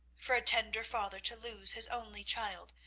for a tender father to lose his only child,